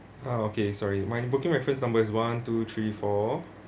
ah okay sorry my booking reference number is one two three four